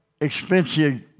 expensive